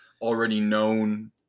already-known